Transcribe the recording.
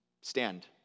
stand